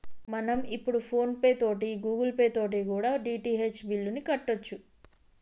మనం ఇప్పుడు ఫోన్ పే తోటి గూగుల్ పే తోటి కూడా డి.టి.హెచ్ బిల్లుని కట్టొచ్చు